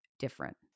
different